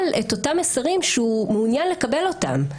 את אותם מסרים שהוא מעוניין לקבל אותם.